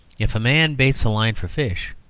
if a man baits a line for fish,